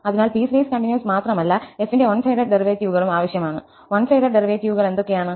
അതിനാൽ piecewise continuous മാത്രമല്ല f ന്റെ വൺ സൈഡഡ് ഡെറിവേറ്റീവുകളും ആവശ്യമാണ് വൺ സൈഡഡ് ഡെറിവേറ്റീവുകൾ എന്തൊക്കെയാണ്